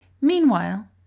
Meanwhile